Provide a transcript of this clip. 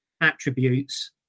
attributes